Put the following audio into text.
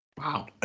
Wow